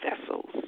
vessels